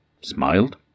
smiled